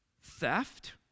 theft